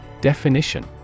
Definition